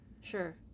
sure